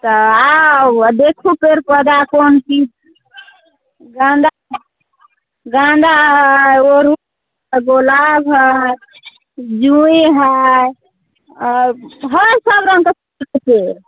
तऽ आउ आ देखु पेड़ पौधा कोन चीज गेन्दा गेन्दा है अरहुल है गुलाब है जूही है है सभ रङ्गके फूलके